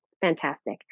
fantastic